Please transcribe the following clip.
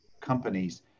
companies